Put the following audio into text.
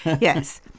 Yes